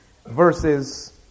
verses